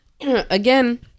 again